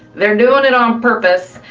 they're doing it on purpose,